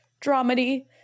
dramedy